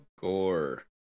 Gore